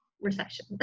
recession